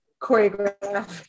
choreograph